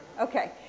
Okay